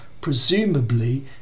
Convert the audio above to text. presumably